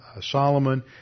Solomon